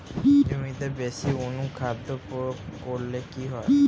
জমিতে বেশি অনুখাদ্য প্রয়োগ করলে কি হয়?